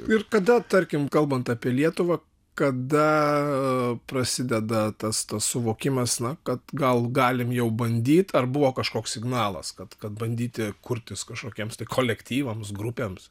ir kada tarkim kalbant apie lietuvą kada prasideda tas suvokimas na kad gal galim jau bandyt ar buvo kažkoks signalas kad kad bandyti kurtis kažkokiems tai kolektyvams grupėms